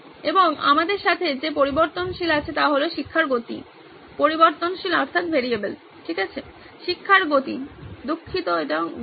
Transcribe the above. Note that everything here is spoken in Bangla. এবং আমাদের সাথে যে পরিবর্তনশীল আছে তা হল শিক্ষার গতি শিক্ষার গতি দুঃখিত এটি গতি